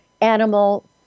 animal